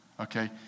okay